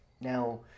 Now